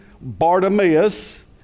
Bartimaeus